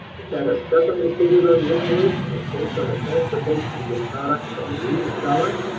if that is separately stated on the invoice and it's based on the transportation to get product from me, the seller,